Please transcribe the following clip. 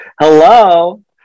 Hello